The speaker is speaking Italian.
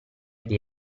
dei